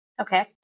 Okay